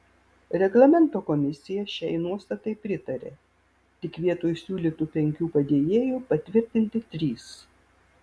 reglamento komisija šiai nuostatai pritarė tik vietoj siūlytų penkių padėjėjų patvirtinti trys